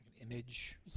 Image